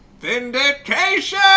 vindication